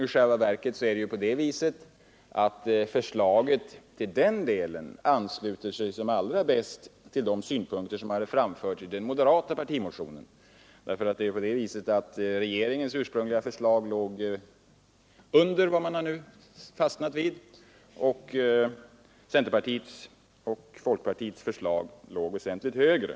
I själva verket ansluter sig förslaget i den delen allra bäst till de synpunkter som framförts i den moderata partimotionen. Regeringens ursprungliga förslag låg ju under vad man nu har fastnat för, medan centerpartiets och folkpartiets förslag låg väsentligt högre.